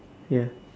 ya